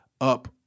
up